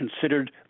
considered